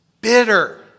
bitter